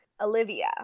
Olivia